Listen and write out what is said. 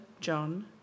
John